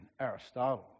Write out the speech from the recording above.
Aristotle